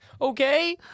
Okay